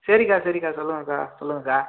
சரிக்கா சரிக்கா சொல்லுங்கக்கா சொல்லுங்கக்கா